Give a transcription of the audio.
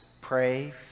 pray